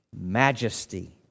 majesty